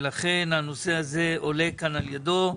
ולכן הנושא הזה עולה כאן על ידו.